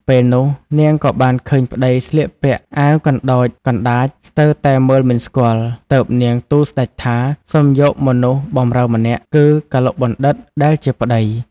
ពេលនោះ នាងក៏បានឃើញប្ដីស្លៀកពាក់អាវ កណ្ដោចកណ្ដាចស្ទើរតែមើលមិនស្គាល់ ទើបនាងទូលស្ដេចថា សុំយកមនុស្សបម្រើម្នាក់ គឺ កឡុកបណ្ឌិត ដែលជាប្ដី។